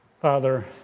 Father